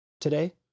today